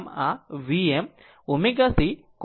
આમ આ એક Vm ω C cos ω t હોવું જોઈએ